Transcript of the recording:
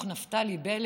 בבקשה.